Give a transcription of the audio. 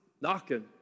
knocking